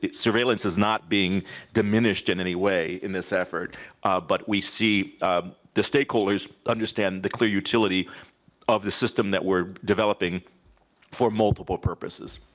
surveillance is not being diminished in any way in this effort but we see the stakeholders understand the clear utility of the system that we're developing for multiple purposes.